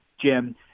Jim